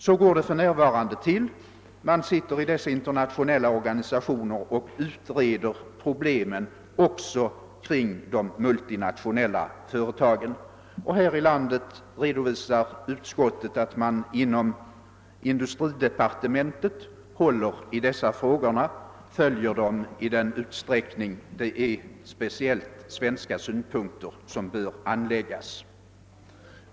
Så går det för närvarande till; man utreder i dessa internationella organisationer problemen också kring de multinationella företagen. Utskottet redovisar också att man här i landet inom industridepartementet följer dessa frågor i den utsträckning speciellt svenska synpunkter bör anläggas.